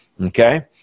okay